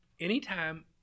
Anytime